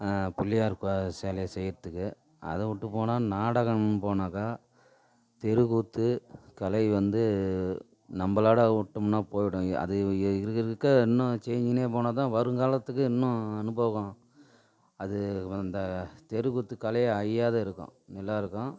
பிள்ளையார் கு சிலைய செய்யறதுக்கு அதை விட்டுப்போனா நாடகம் போனாக்கா தெருக்கூத்து கலை வந்து நம்பளோட விட்டோம்னா போயிடும் அது இ இருக்க இருக்க இன்னும் செஞ்சிக்கின்னே போனால் தான் வருங்காலத்துக்கு இன்னும் அனுபவம் அது அந்த தெருக்கூத்து கலை அழியாத இருக்கும் நல்லா இருக்கும்